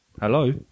Hello